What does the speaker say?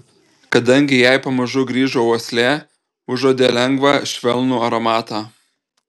kadangi jai pamažu grįžo uoslė užuodė lengvą švelnų aromatą